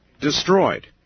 destroyed